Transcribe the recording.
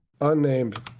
unnamed